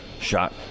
shot